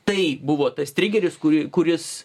tai buvo tas trigeris kurį kuris